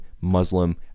Muslim